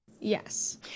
Yes